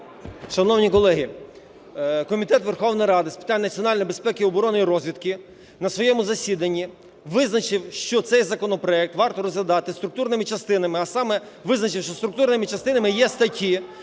Шановні колеги, Комітет Верховної Ради з питань національної безпеки, оборони і розвідки на своєму засіданні визначив, що цей законопроект варто розглядати структурними частинами, а саме визначивши: структурними частинами є статті